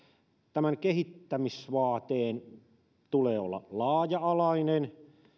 tämän kehittämisvaateen tulee olla laaja alainen